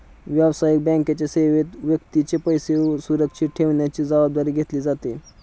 व्यावसायिक बँकेच्या सेवेत व्यक्तीचे पैसे सुरक्षित ठेवण्याची जबाबदारी घेतली जाते